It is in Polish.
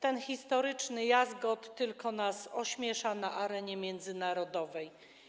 Ten historyczny jazgot tylko nas ośmiesza na arenie międzynarodowej.